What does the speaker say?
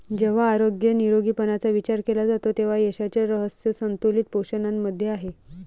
जेव्हा आरोग्य निरोगीपणाचा विचार केला जातो तेव्हा यशाचे रहस्य संतुलित पोषणामध्ये आहे